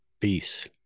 Peace